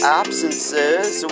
absences